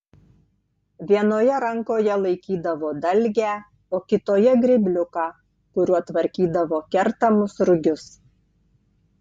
vienoje rankoje laikydavo dalgę o kitoje grėbliuką kuriuo tvarkydavo kertamus rugius